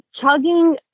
chugging